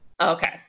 Okay